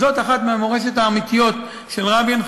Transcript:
זאת אחת מהמורשות האמיתיות של רבין.